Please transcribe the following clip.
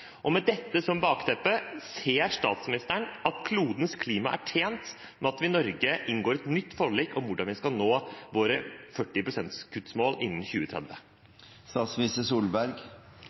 Med dette som bakteppe, ser statsministeren at klodens klima er tjent med at vi i Norge inngår et nytt forlik om hvordan vi skal nå målet om å kutte 40 pst. innen